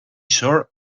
shore